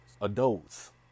adults